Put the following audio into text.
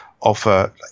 offer